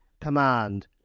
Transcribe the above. Command